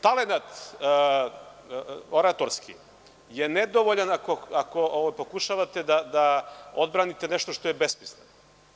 Talenat oratorski je nedovoljan ako pokušavate da odbranite nešto što je besmisleno.